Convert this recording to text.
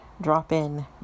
drop-in